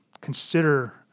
consider